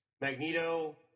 Magneto